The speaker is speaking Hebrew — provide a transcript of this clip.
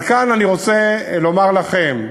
אבל כאן אני רוצה לומר לכם,